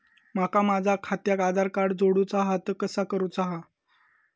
माका माझा खात्याक आधार कार्ड जोडूचा हा ता कसा करुचा हा?